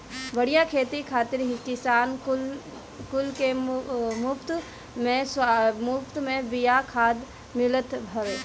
बढ़िया खेती खातिर किसान कुल के मुफत में बिया खाद मिलत हवे